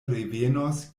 revenos